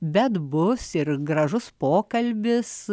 bet bus ir gražus pokalbis